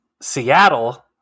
Seattle